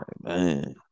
man